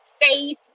faith